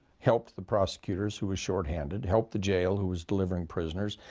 helped the prosecutors, who were shorthanded, helped the jail who was delivering prisoners,